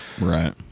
right